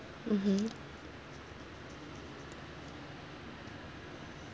mmhmm